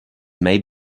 may